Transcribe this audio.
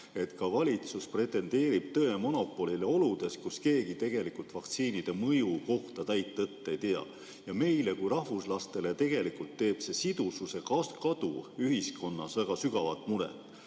et valitsus pretendeerib tõemonopolile oludes, kus keegi tegelikult vaktsiinide mõju kohta täit tõtt ei tea. Ja meile kui rahvuslastele tegelikult teeb sidususe kadu ühiskonnas väga sügavat muret.